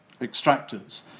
extractors